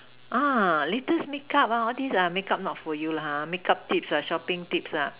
ah latest makeup all these ah makeup not for you lah makeup tips are shopping tips are